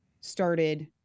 started